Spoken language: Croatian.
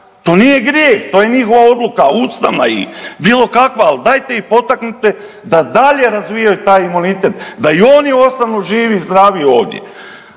to nije grijeh, to je njihova odluka, ustavna i bilo kakva, ali dajte ih potaknite da dalje razvijaju taj imunitet, da i oni ostanu živi i zdravi ovdje.